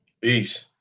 peace